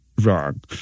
wrong